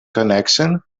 connection